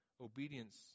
Obedience